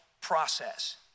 process